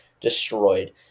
destroyed